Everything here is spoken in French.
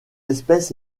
espèce